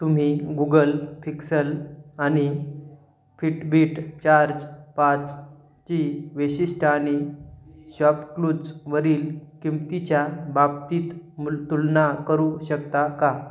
तुम्ही Google Pixel आणि Fitbit charge पाचची वैशिष्ट्यं आणि शॉपक्लूज वरील किमतीच्या बाबतीत मुल तुलना करू शकता का